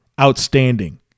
outstanding